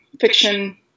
fiction